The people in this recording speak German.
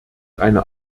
eine